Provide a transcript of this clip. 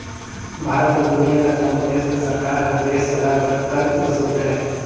भारत अउ दुनियां कर जम्मो देस में सरकार हर देस चलाए बर कर वसूलथे